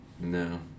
No